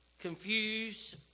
Confused